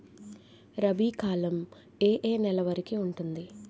రబీ కాలం ఏ ఏ నెల వరికి ఉంటుంది?